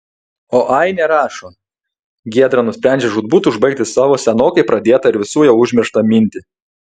o ainė rašo giedra nusprendžia žūtbūt užbaigti savo senokai pradėtą ir visų jau užmirštą mintį